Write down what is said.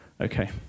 Okay